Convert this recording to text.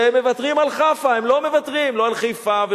שהם מוותרים על חיפא.